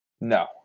No